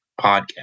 podcast